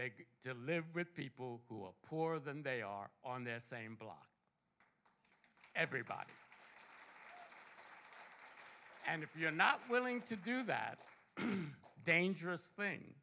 they live with people who are poor than they are on the same block everybody and if you're not willing to do that dangerous thing